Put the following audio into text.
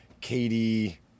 Katie